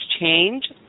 change